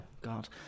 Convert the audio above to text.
god